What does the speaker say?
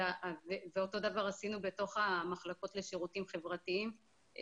אותו דבר עשינו בתוך המחלקות לשירותים חברתיים,